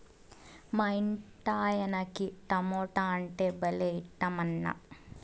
మా ఇంటాయనకి టమోటా అంటే భలే ఇట్టమన్నా